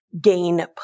gain